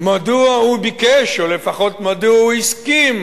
מדוע הוא ביקש, או לפחות מדוע הוא הסכים,